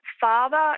father